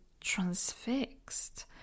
transfixed